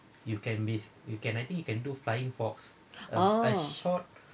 oh